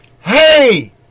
Hey